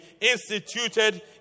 instituted